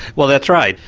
well that's right,